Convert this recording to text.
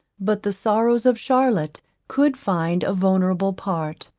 but the sorrows of charlotte could find a vulnerable part.